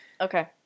Okay